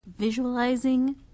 visualizing